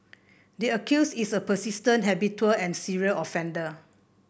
the accused is a persistent habitual and serial offender